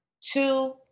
two